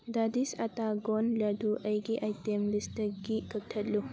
ꯗꯥꯗꯤꯁ ꯑꯠꯇꯥ ꯒꯣꯟ ꯂꯥꯗꯨ ꯑꯩꯒꯤ ꯑꯥꯏꯇꯦꯝ ꯂꯤꯁꯇꯒꯤ ꯀꯛꯊꯠꯂꯨ